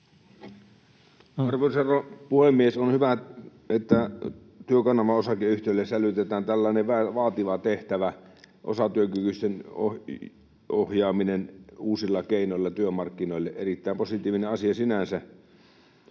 Arvoisa puhemies! On hyvä, että Työkanava Oy:lle sälytetään tällainen vaativa tehtävä, osatyökykyisten ohjaaminen uusilla keinoilla työmarkkinoille, erittäin positiivinen asia sinänsä.